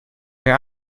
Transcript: eens